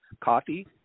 coffee